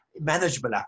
manageable